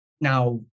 Now